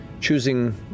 choosing